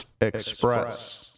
Express